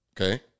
Okay